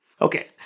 Okay